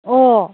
अ